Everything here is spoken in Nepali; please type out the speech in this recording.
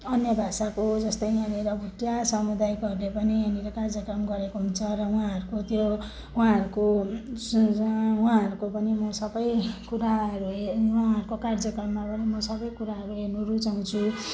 अन्य भाषाको जस्तै यहाँनेर भोटिया समुदायकोहरूले पनि यहाँनेर कार्यक्रम गरेको हन्छ र उहाँहरूको त्यो उहाँहरूको पनि म सबै कुराहरू उहाँहरूको कार्यक्रममा पनि म सबै कुराहरू हेर्न रुचाउँछु